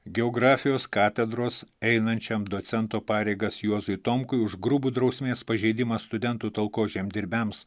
geografijos katedros einančiam docento pareigas juozui tomkui už grubų drausmės pažeidimą studentų talkos žemdirbiams